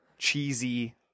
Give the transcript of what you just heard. cheesy